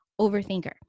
overthinker